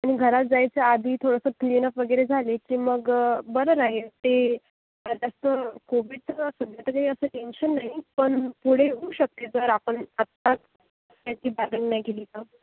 आणि घरात जायच्या आधी थोडंसं क्लीनअप वगैरे झाली की मग बरं राहील ते आता कसं कोविडचं सध्या तरी असं काही टेंशन नाही पण पुढे होऊ शकते जर आपण आताच त्याची बाधन नाही केली तर